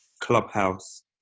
Clubhouse